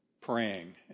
praying